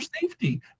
safety